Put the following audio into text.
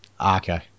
Okay